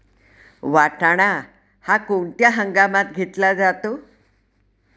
वाटाणा हा कोणत्या हंगामात घेतला जातो?